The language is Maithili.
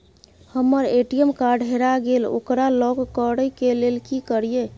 हमर ए.टी.एम कार्ड हेरा गेल ओकरा लॉक करै के लेल की करियै?